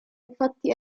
infatti